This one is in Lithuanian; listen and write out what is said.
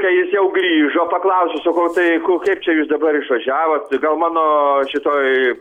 kai jis jau grįžo paklausiau sakau tai ko kaip čia jūs dabar išvažiavot gal mano šitoj